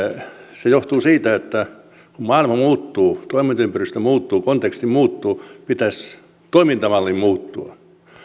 se johtuu siitä että kun maailma muuttuu toimintaympäristö muuttuu konteksti muuttuu pitäisi toimintamallin muuttua